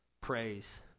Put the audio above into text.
praise